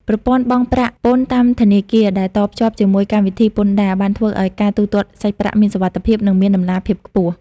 ប្រព័ន្ធបង់ប្រាក់ពន្ធតាមធនាគារដែលតភ្ជាប់ជាមួយកម្មវិធីពន្ធដារ បានធ្វើឱ្យការទូទាត់សាច់ប្រាក់មានសុវត្ថិភាព និងមានតម្លាភាពខ្ពស់។